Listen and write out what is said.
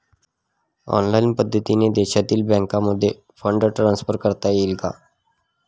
Online पद्धतीने देशातील बँकांमध्ये फंड ट्रान्सफर करता येईल का?